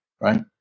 Right